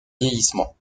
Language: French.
vieillissement